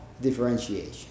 differentiation